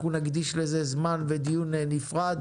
אנחנו נקדיש לזה זמן ודיון נפרד.